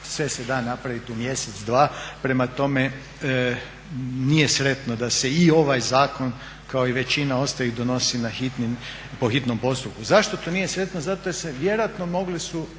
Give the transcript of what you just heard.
sve se da napraviti u mjesec, dva. Prema tome, nije sretno da se i ovaj zakon kao i većina ostalih donosi po hitnom postupku. Zašto to nije sretno? Zato jer se vjerojatno mogli su